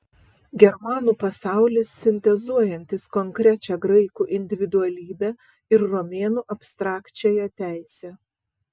germanų pasaulis sintezuojantis konkrečią graikų individualybę ir romėnų abstrakčiąją teisę